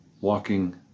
Walking